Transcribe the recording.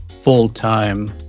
full-time